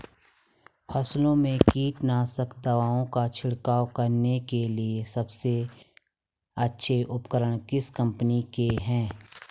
फसलों में कीटनाशक दवाओं का छिड़काव करने के लिए सबसे अच्छे उपकरण किस कंपनी के हैं?